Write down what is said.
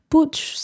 Putos